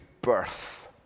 birth